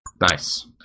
Nice